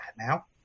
now